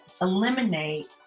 eliminate